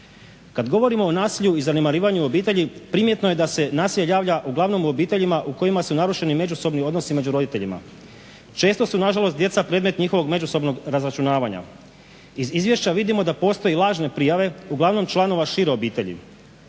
Kad govorimo o nasilju i zanemarivanju obitelji primjetno je da se nasilje javlja uglavnom u obiteljima u kojima su narušeni međusobni odnosi među roditeljima. Često su nažalost djeca predmet njihovog međusobnog razračunavanja. Iz izvješća vidimo da postoje lažne prijave uglavnom članova šire obitelji.